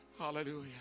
hallelujah